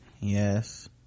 yes